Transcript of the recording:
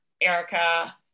Erica